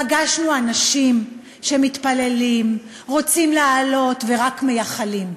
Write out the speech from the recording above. פגשנו אנשים שמתפללים, רוצים לעלות ורק מייחלים.